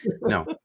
No